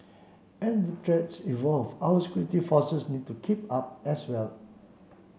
as the threats evolve our security forces need to keep up as well